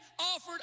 offered